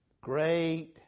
Great